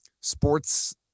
sports